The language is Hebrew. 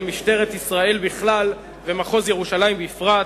של משטרת ישראל בכלל ומחוז ירושלים בפרט,